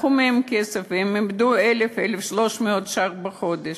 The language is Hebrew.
לקחו מהם כסף, והם איבדו 1,000, 1,300 ש"ח בחודש.